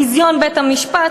ביזיון בית-המשפט,